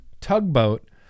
tugboat